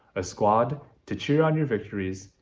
a squad to cheer on your victories,